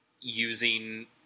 using